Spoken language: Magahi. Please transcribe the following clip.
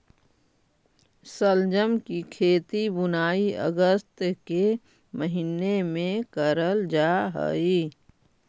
शलजम की खेती बुनाई अगस्त के महीने में करल जा हई